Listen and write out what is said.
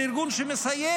זה ארגון שמסייע,